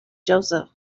joseph